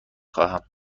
خواهم